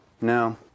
No